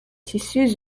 tissus